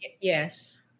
Yes